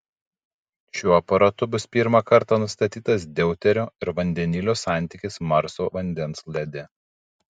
šiuo aparatu bus pirmą kartą nustatytas deuterio ir vandenilio santykis marso vandens lede